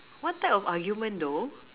what type of argument though